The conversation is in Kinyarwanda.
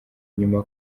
inyuma